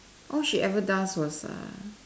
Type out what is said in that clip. all she ever does was err